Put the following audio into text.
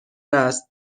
است